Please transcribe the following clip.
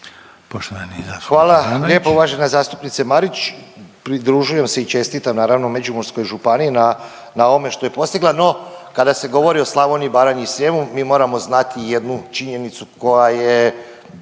Poštovani zastupnik Ivanović.